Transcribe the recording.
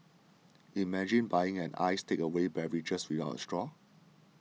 imagine buying an iced takeaway beverage without a straw